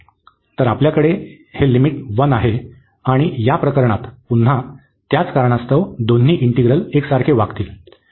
तर आपल्याकडे हे लिमिट 1 आहे आणि या प्रकरणात पुन्हा त्याच कारणास्तव दोन्ही इंटिग्रल एकसारखेच वागतील